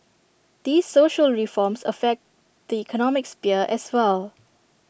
these social reforms affect the economic sphere as well